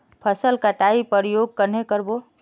फसल कटाई प्रयोग कन्हे कर बो?